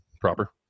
proper